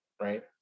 right